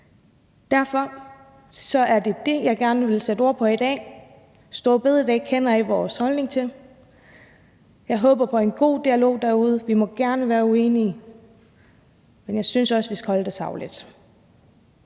Derfor er det det, jeg gerne vil sætte ord på i dag. Store bededag kender I vores holdning til. Jeg håber på en god dialog derude. Vi må gerne være uenige, men jeg synes også, vi skal holde det sagligt.